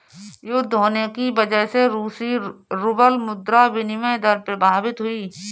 युद्ध होने की वजह से रूसी रूबल मुद्रा विनिमय दर प्रभावित हुई